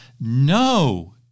No